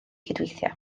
cydweithio